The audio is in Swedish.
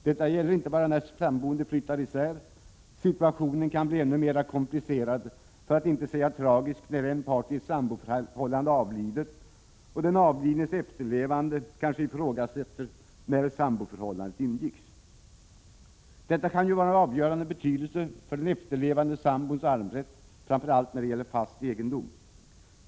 Detta gäller inte bara när de samboende flyttar isär; situationen kan bli ännu mera komplicerad, för att inte säga tragisk, när en part i samboförhållandet avlider och den avlidnes efterlevande kanske ifrågasätter när samboförhållandet ingicks. Detta kan ju vara av avgörande betydelse för den efterlevande sambons arvsrätt framför allt när det gäller fast egendom.